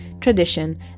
tradition